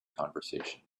conversation